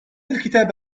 الكتاب